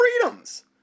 freedoms